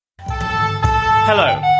Hello